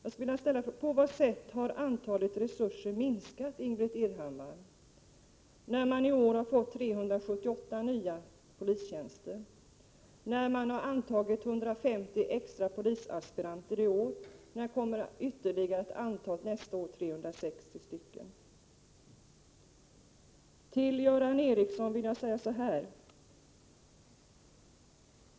På vilket sätt har resurserna minskat, Ingbritt Irhammar, när man i år har fått medel till 378 nya polistjänster, när man har antagit 150 extra polisaspiranter i år och det nästa år kommer ytterligare 360? Till Göran Ericsson vill jag säga så här.